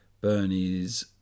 Bernie's